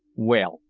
well,